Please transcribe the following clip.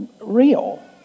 real